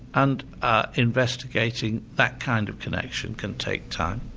and investigating that kind of connection can take time.